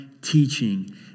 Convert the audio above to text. teaching